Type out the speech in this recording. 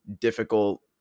difficult